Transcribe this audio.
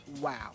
wow